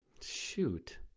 Shoot